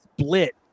split